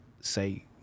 say